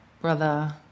brother